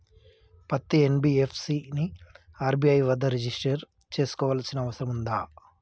పత్తి ఎన్.బి.ఎఫ్.సి ని ఆర్.బి.ఐ వద్ద రిజిష్టర్ చేసుకోవాల్సిన అవసరం ఉందా?